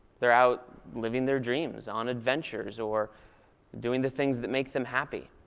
they're out living their dreams on adventures or doing the things that make them happy.